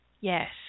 Yes